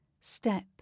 Step